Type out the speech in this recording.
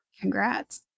Congrats